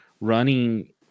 running